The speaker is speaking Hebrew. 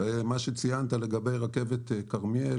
ומה שציינת לגבי רכבת כרמיאל